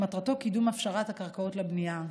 שמטרתו קידום הפשרת קרקעות לבנייה.